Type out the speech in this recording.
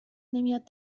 نمیاد